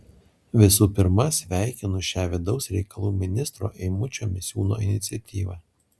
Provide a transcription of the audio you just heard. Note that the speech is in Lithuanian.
visų pirma sveikinu šią vidaus reikalų ministro eimučio misiūno iniciatyvą